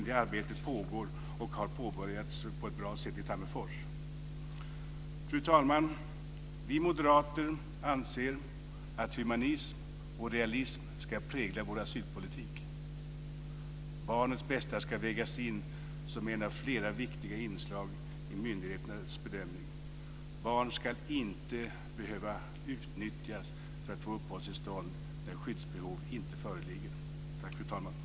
Det arbetet pågår och har påbörjats på ett bra sätt i Tammerfors. Fru talman! Vi moderater anser att humanism och realism ska prägla vår asylpolitik. Barnets bästa ska vägas in som en av flera viktiga inslag i myndigheternas bedömning. Barn ska inte behöva utnyttjas för att få uppehållstillstånd när skyddsbehov inte föreligger. Tack, fru talman.